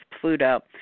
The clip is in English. Pluto